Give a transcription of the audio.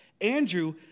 Andrew